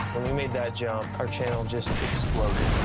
when we made that jump, our channel just exploded.